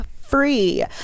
free